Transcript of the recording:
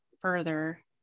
further